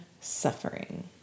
suffering